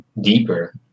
deeper